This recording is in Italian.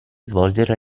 svolgere